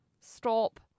stop